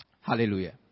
Hallelujah